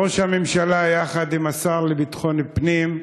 ראש הממשלה יחד עם השר לביטחון הפנים,